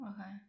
Okay